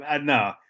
No